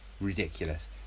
ridiculous